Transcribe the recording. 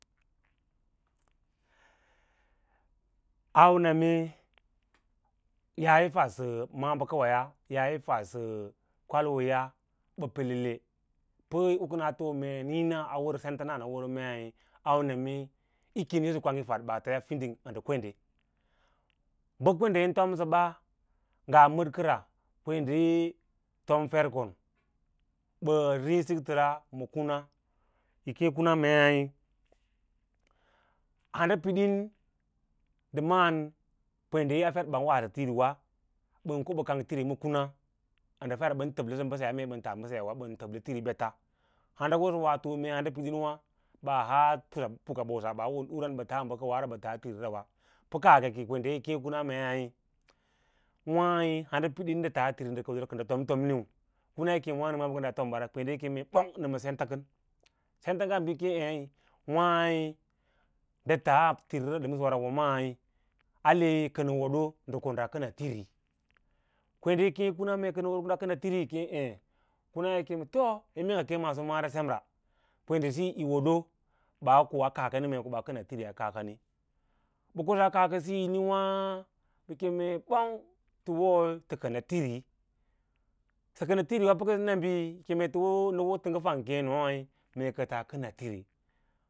Auname yaa yi fadsə maꞌa’ bəka waya fadsə kwaloya ba pelelele pə u kə naa too mee niĩ a bə sents wo nə əws mei auname yi kimisə kwang yí fad ɓaataya ə ndə kwende. Bə kwende yin tom sə ba, ngaa medkəra, kwende tom fer kon ɓə riĩ sikləra ma kuna yi kee kuna mei handa piɗin bə maꞌa’n fer ɓan wa sə tiriwa ɓə ko ɓə kang tirimse ma kuna ə ndə fer ɓən təblə sə mbə seyaa wa mee ɓən tas mbəseyas aa ɓən təblə tiri ɓets handa wosə woa too mee handa pidinwa ɓaa haaa puksɓosan ɓaa wo duru kə ɓaa tas bə kəu wa ra bə taa tiri ra, pə kaakəke kwende yi kěě kuna mei handa pidin ndə tas tirims rawa kə ndə tomtomniu kuna yi kame wāno nə maꞌa’ bə kə daa tomba ra, kwenɗe yi kemenə ɓong nə ma sen ta kən, senta nigaan bíu yi keme wa’i ndə tas tirimse ɗəmra wa rau wâi ale kənə woɗa ko ɗa kəna tiri, kwende yi kēě kuns kənə woɗ ko ɗa kəna tiri eẽ kuna yi kem to mee kə maaso mava semra kwenɗe kiyi wo yi woɗo baa koa kaaka ni mee ko ɓa a kəna tiri a kaakani ɓə kosaa kaa kasiyi ni wá ɓə keme ɓong tə wo tə kəna tiri, kəna tiri pə kənə na bi yi keme tə wo tə ngə fang keinei kə tas kəna tiri.